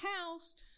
house